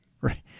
right